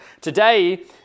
Today